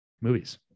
movies